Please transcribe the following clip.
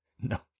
No